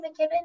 McKibben